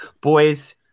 Boys